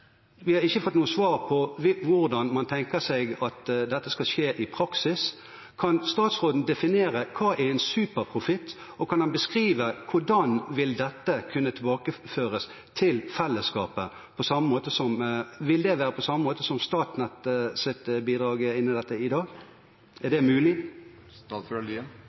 Vi har ikke fått noe svar på hvordan man tenker seg at dette skal skje i praksis. Kan statsråden definere hva en superprofitt er? Kan han beskrive hvordan dette vil kunne tilbakeføres til fellesskapet? Vil det være på samme måte som Statnetts bidrag er inne i dette i dag? Er det mulig?